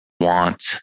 Want